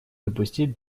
допустить